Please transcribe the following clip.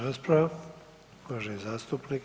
rasprava uvaženi zastupnik